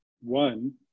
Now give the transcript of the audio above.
One